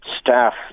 staff